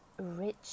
rich